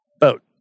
boat